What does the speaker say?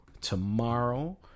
tomorrow